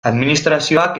administrazioak